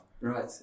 Right